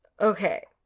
Okay